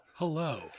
Hello